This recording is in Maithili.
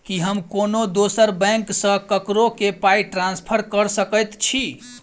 की हम कोनो दोसर बैंक सँ ककरो केँ पाई ट्रांसफर कर सकइत छि?